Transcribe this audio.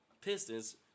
Pistons